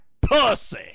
pussy